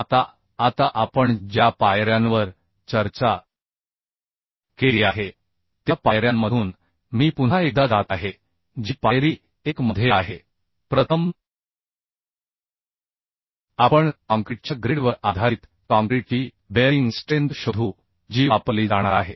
आता आता आपण ज्या पायऱ्यांवर चर्चा केली आहे त्या पायऱ्यांमधून मी पुन्हा एकदा जात आहे जी पायरी 1 मध्ये आहे प्रथम आपण काँक्रीटच्या ग्रेडवर आधारित काँक्रीटची बेअरिंग स्ट्रेंथ शोधू जी वापरली जाणार आहे